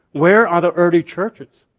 where are the early churches?